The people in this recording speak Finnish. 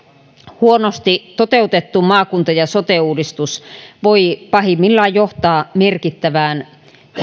huonosti toteutettu maakunta ja sote uudistus voi pahimmillaan johtaa merkittävään